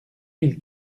mille